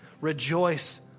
Rejoice